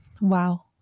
Wow